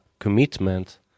Commitment